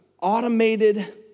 automated